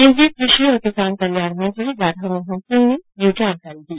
केंद्रीय कृषि और किसान कल्याण मंत्री राधामोहन सिंह ने ये जानकारी दी